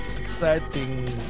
exciting